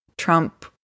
trump